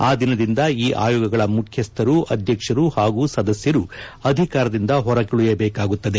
ಆ ದಿನದಿಂದ ಈ ಆಯೋಗಗಳ ಮುಖ್ಯಸ್ಥರು ಅಧ್ಯಕ್ಷರು ಹಾಗೂ ಸದಸ್ಯರು ಅಧಿಕಾರದಿಂದ ಹೊರಗುಳಿಯಬೇಕಾಗುತ್ತದೆ